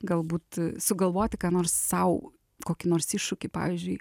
galbūt sugalvoti ką nors sau kokį nors iššūkį pavyzdžiui